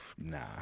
Nah